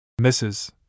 Mrs